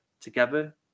together